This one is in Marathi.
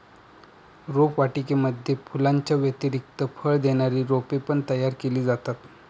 रोपवाटिकेमध्ये फुलांच्या व्यतिरिक्त फळ देणारी रोपे पण तयार केली जातात